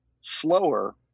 slower